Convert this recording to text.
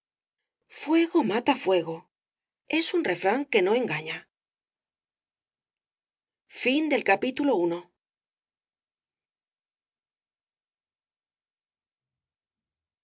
fuego mata fuego es un refrán que rio engaña